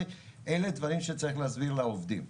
אלה דברים שצריך להסביר לעובדים.